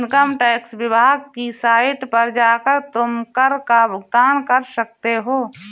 income tax विभाग की site पर जाकर तुम कर का भुगतान कर सकते हो